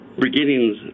beginnings